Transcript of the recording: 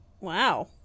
Wow